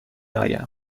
آیم